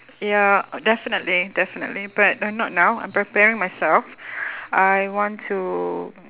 ya definitely definitely but not now I'm preparing myself I want to